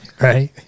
Right